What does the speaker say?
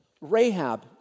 Rahab